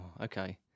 okay